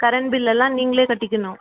current பில்லெல்லாம் நீங்களே கட்டிக்கணும்